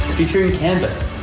featuring canvas,